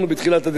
גם של הגדר,